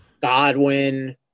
Godwin